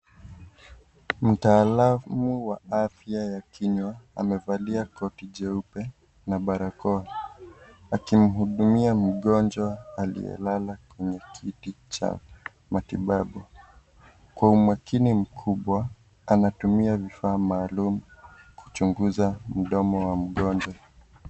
Mtaalamu wa afya ya kinywa amevalia koti jeupe na barakoa akimhudumia mgonjwa aliyelala kwa kiti cha matibabu . Kwa umakini mkubwa anatumia vifaa maalum kuchunguza mdomo wa mgonjwa.